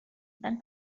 than